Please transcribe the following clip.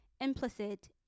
implicit